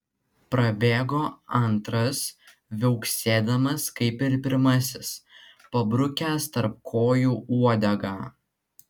prabėgo antras viauksėdamas kaip ir pirmasis pabrukęs tarp kojų uodegą